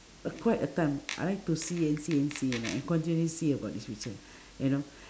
a quite a time I like to see and see and see you know and continually see about this picture you know